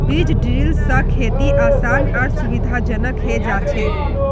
बीज ड्रिल स खेती आसान आर सुविधाजनक हैं जाछेक